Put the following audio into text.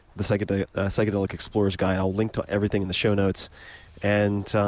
the psychedelic psychedelic explorer's guide. i'll link to everything in the show notes and